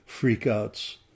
freakouts